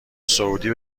سعودی